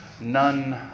none